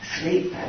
sleep